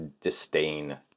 disdain